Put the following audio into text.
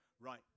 Right